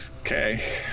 Okay